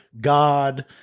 God